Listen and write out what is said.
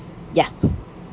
ya